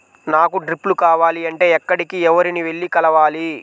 నాకు డ్రిప్లు కావాలి అంటే ఎక్కడికి, ఎవరిని వెళ్లి కలవాలి?